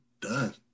done